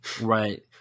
Right